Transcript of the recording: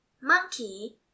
monkey